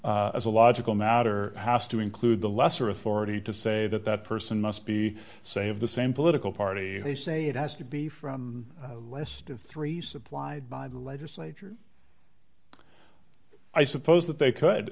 as a logical matter has to include the lesser authority to say that that person must be say of the same political party they say it has to be from a list of three supplied by the legislature i suppose that they